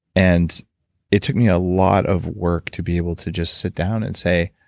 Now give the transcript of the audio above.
and it took me a lot of work to be able to just sit down and say,